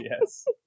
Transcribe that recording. Yes